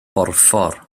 borffor